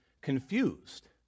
confused